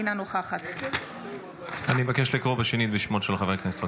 אינה נוכחת אני מבקש לקרוא שנית בשמות של חברי הכנסת.